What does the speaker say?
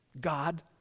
God